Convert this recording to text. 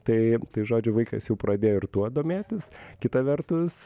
tai tai žodžiu vaikas jau pradėjo ir tuo domėtis kita vertus